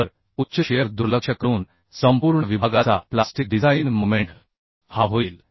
तर उच्च शिअर दुर्लक्ष करून संपूर्ण विभागाचा प्लास्टिक डिझाइन मोमेंट हा होईल